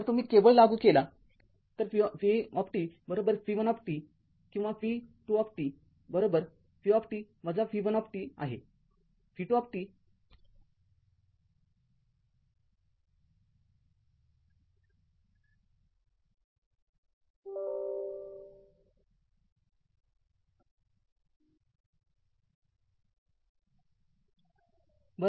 जर तुम्ही केवळलागू केला तर v v१v२ किंवा v२ v v१ आहे v२ हे २० e to the power t म्हणून v१ १६ e to the power वजा t२० आहे